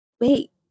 wait